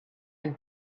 and